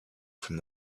from